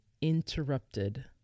interrupted